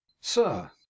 sir